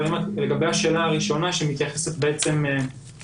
אבל לגבי השאלה הראשונה שמתייחסת לכמות,